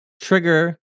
trigger